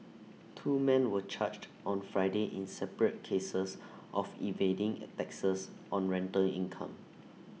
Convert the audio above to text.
two men were charged on Friday in separate cases of evading taxes on rental income